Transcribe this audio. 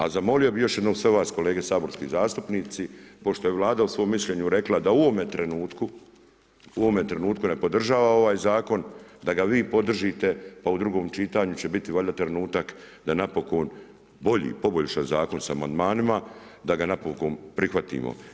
A zamolio bi još jednom sve vas kolege saborski zastupnici, pošto je vlada u svom mišljenju rekla, da u ovom trenutku ne podržava ovaj zakon, da ga vi podržati, a u drugom čitanju će biti valjda trenutak, da napokon bolji, poboljša zakon sa amandmanima, da ga napokon prihvatimo.